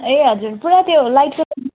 ए हजुर पुरा त्यो लाइटको